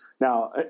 Now